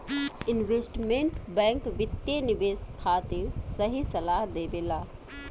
investment bank वित्तीय निवेश खातिर सही सलाह देबेला